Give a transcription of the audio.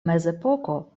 mezepoko